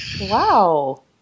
Wow